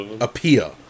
appear